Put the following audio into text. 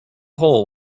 hole